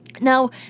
Now